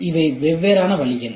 எனவே இவை வெவ்வேறு வழிகள்